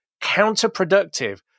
counterproductive